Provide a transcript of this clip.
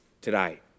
today